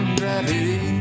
gravity